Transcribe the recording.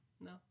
No